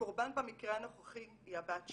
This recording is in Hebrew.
הקורבן במקרה הנוכחי היא הבת שלי.